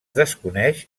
desconeix